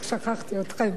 איך שכחתי אתכם?